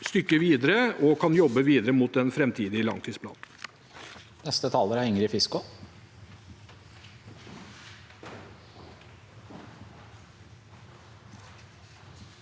stykke videre og kan jobbe videre mot den framtidige langtidsplanen.